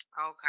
Okay